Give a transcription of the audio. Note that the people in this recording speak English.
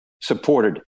supported